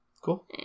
cool